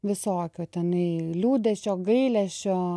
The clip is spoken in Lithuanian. visokio tenai liūdesio gailesčio